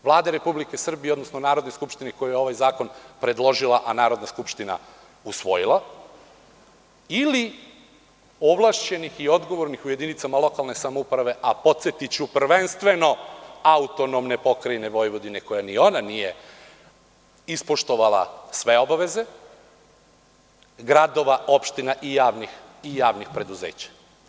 Vlade Republike Srbije, odnosno Narodne skupštine, koja je ovaj zakon predložila, a Narodna skupština usvojila, ili ovlašćenih i odgovornih u jedinicama lokalne samouprave, a podsetiću, prvenstveno AP Vojvodine koja nije ispoštovala sve obaveze, gradova, opština i javnih preduzeća?